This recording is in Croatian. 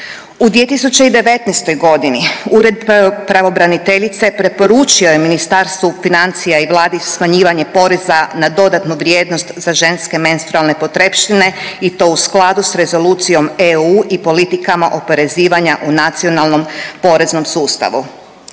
U 2019.g. Ured pravobraniteljice preporučio je Ministarstvu financija i Vladi smanjivanje poreza na dodanu vrijednost za ženske menstrualne potrepštine i to u skladu s rezolucijom EU i politikama oporezivanja u nacionalnom poreznom sustavu.